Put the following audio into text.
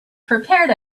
prepared